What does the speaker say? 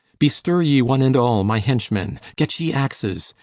bestir ye one and all, my henchmen! get ye axes!